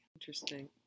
Interesting